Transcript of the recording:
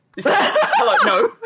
Hello